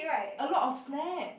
a lot of snack